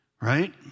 right